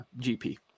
GP